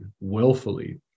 willfully